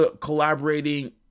collaborating